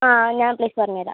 ആ ഞാൻ പ്ലേസ് പറഞ്ഞുതരാം